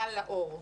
סל לאור,